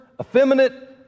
effeminate